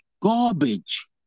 garbage